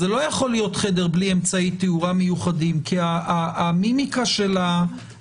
זה לא יכול להיות חדר בלי אמצעי תאורה מיוחדים כי המימיקה של האסיר